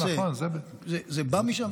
זה בא משם?